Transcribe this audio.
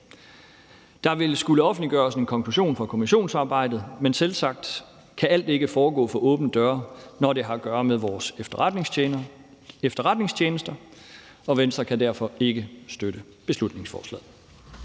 vil skulle offentliggøres en konklusion fra kommissionsarbejdet, men selvsagt kan alt ikke foregå for åbne døre, når det har at gøre med vores efterretningstjenester. Venstre kan derfor ikke støtte beslutningsforslaget.